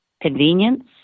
Convenience